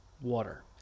Water